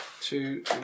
Two